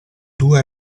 due